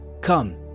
Come